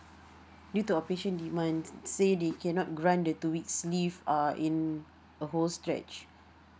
due to our operation demand say they cannot grant the two weeks leave are in a whole stretch